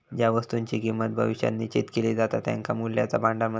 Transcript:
ज्या वस्तुंची किंमत भविष्यात निश्चित केली जाता त्यांका मूल्याचा भांडार म्हणतत